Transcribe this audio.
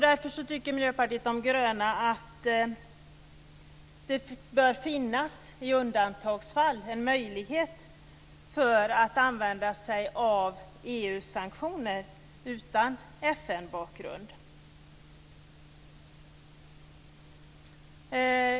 Därför tycker Miljöpartiet de gröna att det i undantagsfall bör finnas en möjlighet att använda EU sanktioner utan FN-bakgrund.